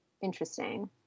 interesting